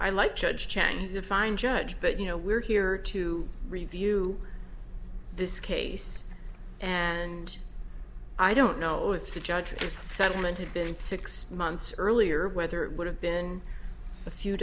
i like judge chang is a fine judge but you know we're here to review this case and i don't know if the judge settlement had been six months earlier whether it would have been a few